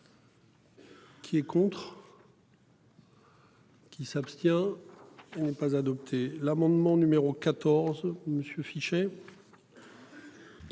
Qui est contre. Qui s'abstient. Il n'est pas adopté l'amendement numéro 14 monsieur.